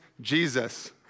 Jesus